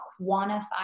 quantify